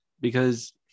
because-